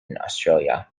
australia